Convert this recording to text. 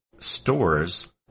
stores